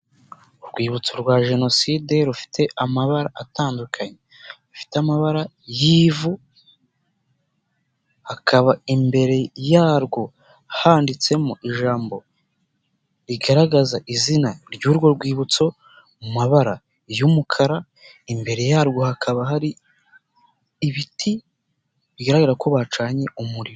Urwibutso rwa Jenoside rufite amabara atandukanye, rufite amabara y'ivu hakaba imbere yarwo handitsemo ijambo rigaragaza izina ry'urwo rwibutso, mu mabara y'umukara imbere yarwo hakaba hari ibiti bigaragara ko bacanye umuriro.